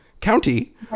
county